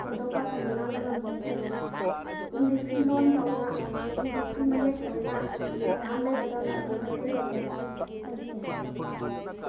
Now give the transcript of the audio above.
ꯍꯦꯟꯗꯣꯛ ꯄꯥꯊꯣꯛꯅ ꯉꯥꯡꯕ ꯉꯝꯖꯗꯦ ꯏꯪꯂꯤꯁꯀꯤ ꯂꯣꯟ ꯇꯧꯅ ꯏꯪꯂꯤꯁꯀꯤ ꯃꯌꯦꯛ ꯇꯧꯅ ꯃꯌꯥꯝ ꯂꯩꯕꯗꯧꯅ ꯑꯩꯈꯣꯏ ꯃꯩꯇꯩꯂꯣꯟꯗꯗꯤ ꯂꯩꯇꯦ